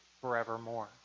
forevermore